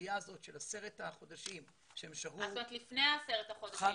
הסוגיה הזאת של עשרת החודשים --- לפני העשרת חודשים.